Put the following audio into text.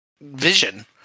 vision